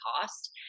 cost